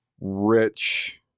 rich